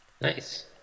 nice